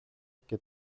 και